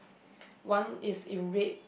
one is in red